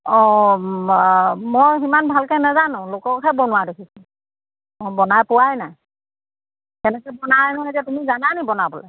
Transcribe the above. অঁ মই সিমান ভালকৈ নাজানো লোককহে বনোৱা দেখিছোঁ অঁ বনাই পোৱাই নাই কেনেকৈ বনাই নহয় এতিয়া তুমি জানানি বনাবলৈ